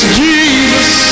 jesus